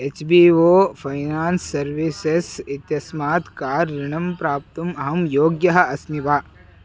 H B O finance services इत्यस्मात् car ऋणं प्राप्तुम् अहं योग्यः अस्मि वा